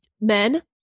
men